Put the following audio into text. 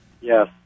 Yes